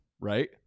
right